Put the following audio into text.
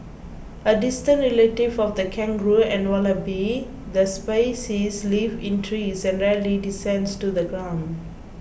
a distant relative of the kangaroo and wallaby the species lives in trees and rarely descends to the ground